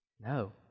no